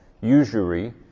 usury